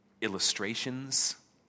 illustrations